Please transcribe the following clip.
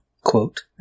quote